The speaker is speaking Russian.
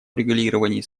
урегулировании